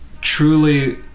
truly